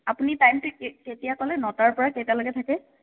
আপুনি টাইমটো কেতিয়া ক'লে নটাৰ পৰা কেইটালে থাকে